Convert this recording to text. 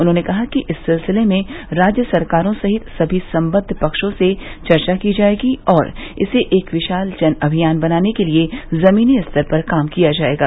उन्होंने कहा कि इस सिलसिले में राज्य सरकारों सहित सभी संबद्व पक्षों से चर्चा की जायेगी और इसे एक विशाल जन अभियान बनाने के लिए जमीनी स्तर पर काम किया जायेगा